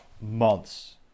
months